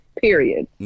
Period